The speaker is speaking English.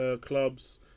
clubs